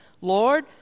Lord